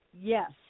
Yes